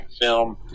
film